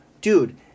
dude